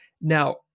now